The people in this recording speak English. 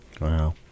Wow